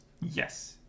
yes